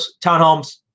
townhomes